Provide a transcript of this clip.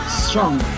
strong